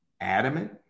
adamant